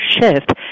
shift